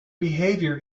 behavior